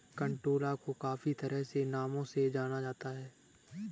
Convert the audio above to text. कंटोला को काफी तरह के नामों से जाना जाता है